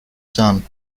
sun